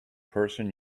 person